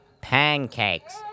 Pancakes